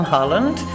Holland